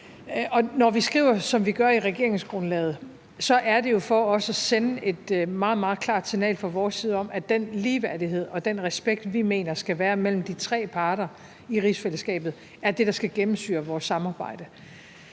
Når vi skriver, som vi gør, i regeringsgrundlaget, er det jo for også at sende et meget, meget klart signal fra vores side om, at den ligeværdighed og den respekt, vi mener der skal være mellem de tre parter i rigsfællesskabet, er det, der skal gennemsyre vores samarbejde.